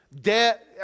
Debt